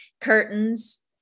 curtains